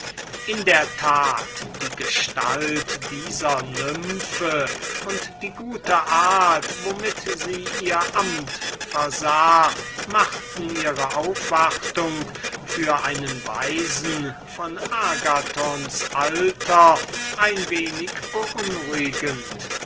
in der tat die gestalt dieser nymphe und die gute art womit sie ihr amt versah machten ihre aufwartung für einen weisen von agathons alter ein wenig beunruhigend